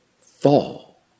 fall